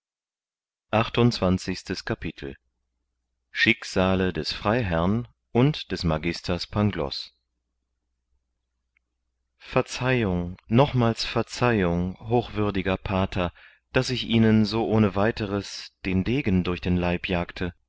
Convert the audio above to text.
achtundzwanzigstes kapitel schicksale des freiherrn und des magisters pangloß verzeihung nochmals verzeihung hochwürdiger pater daß ich ihnen so ohne weiteres den degen durch den leib jagte